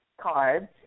cards